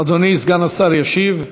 אדוני סגן השר ישיב.